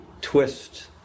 twist